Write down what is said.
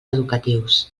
educatius